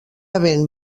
havent